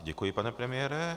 Děkuji, pane premiére.